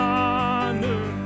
honor